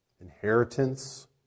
inheritance